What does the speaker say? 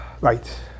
Right